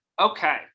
okay